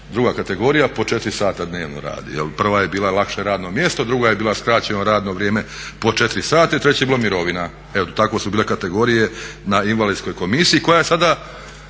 druga kategorija po 4 sata dnevno radi. Prva je bila lakše radno mjesto, druga je bila skraćeno radno vrijeme po 4 sata i treće je bila mirovina. Eto tako su bile kategorije na invalidskoj komisiji koja sada